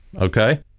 okay